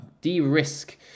de-risk